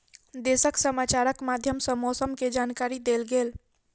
देशक समाचारक माध्यम सॅ मौसम के जानकारी देल गेल